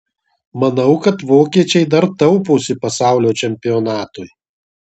manau kad vokiečiai dar tauposi pasaulio čempionatui